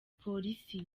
police